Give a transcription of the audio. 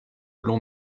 long